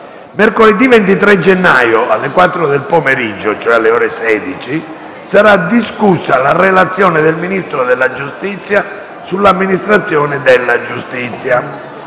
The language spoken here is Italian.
Mercoledì 23 gennaio, alle ore 16, sarà discussa la relazione del Ministro della giustizia sull'amministrazione della giustizia.